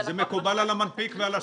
זה מקובל על המנפיק ועל הסולק.